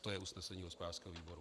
To je usnesení hospodářského výboru.